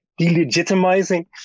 delegitimizing